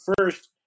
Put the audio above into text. first